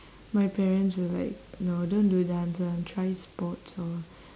my parents were like no don't do dance lah try sports or